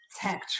tech